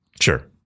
Sure